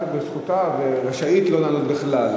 זכותה והיא רשאית לא לענות בכלל,